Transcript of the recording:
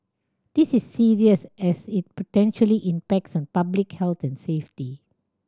this is serious as it potentially impacts on public health and safety